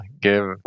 Give